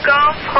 Golf